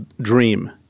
dream